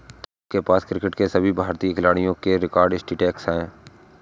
अनिल के पास क्रिकेट के सभी भारतीय खिलाडियों के रिकॉर्ड के स्टेटिस्टिक्स है